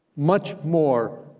much more